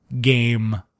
game